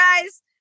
guys